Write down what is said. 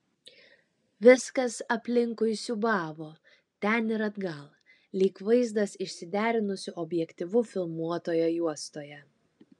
viskas aplinkui siūbavo ten ir atgal lyg vaizdas išsiderinusiu objektyvu filmuotoje juostoje